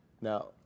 now